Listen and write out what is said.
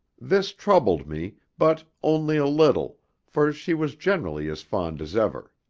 this troubled me, but only a little, for she was generally as fond as ever.